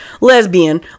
lesbian